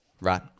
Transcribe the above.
right